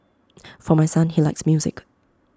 for my son he likes music